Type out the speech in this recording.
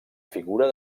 figura